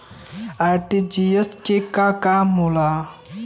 RTGS के का काम होला?